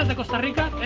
and costa rica